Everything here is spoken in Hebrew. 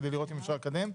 כדי לראות אם אפשר לקדם.